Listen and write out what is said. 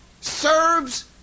Serbs